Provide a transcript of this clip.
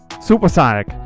supersonic